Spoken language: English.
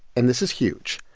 and this is huge,